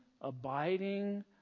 abiding